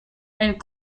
and